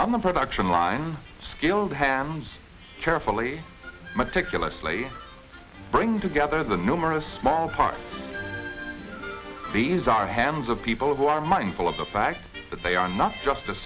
on the production line skilled hands carefully meticulously bring together the numerous small part these are the hands of people who are mindful of the fact that they are not just